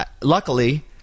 Luckily